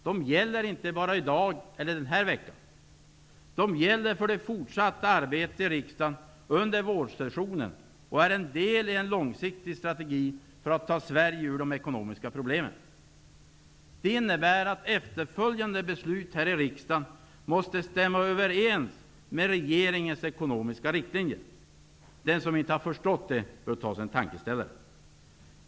De gäller inte bara i dag eller under den här veckan. De gäller för det fortsatta arbetet i riksdagen under vårsessionen och är en del i en långsiktig strategi för att ta Sverige ur de ekonomiska problemen. Det innebär att efterföljande beslut här i riksdagen måste stämma överens med regeringens ekonomiska riktlinjer. Den som inte har förstått det bör ta sig en tankeställare.